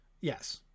Yes